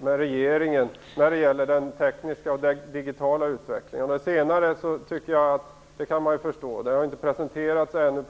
med regeringen när det gäller den tekniska och digitala utvecklingen. Det senare tycker jag att man kan förstå. Den har inte presenterats ännu.